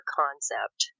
concept